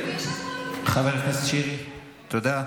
מה אתה, חבר הכנסת שירי, תודה.